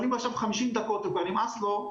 אבל אם עכשיו 50 דקות וכבר נמאס לו,